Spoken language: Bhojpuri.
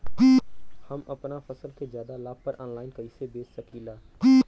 हम अपना फसल के ज्यादा लाभ पर ऑनलाइन कइसे बेच सकीला?